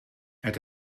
het